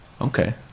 Okay